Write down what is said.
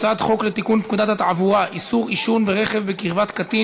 הצעת החוק התקבלה בקריאה טרומית,